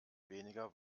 weniger